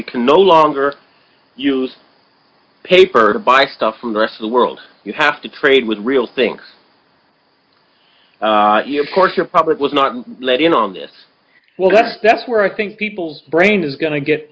you can no longer use paper to buy stuff from the rest of the world you have to trade with real things here of course your public was not let in on this well that's that's where i think people's brain is go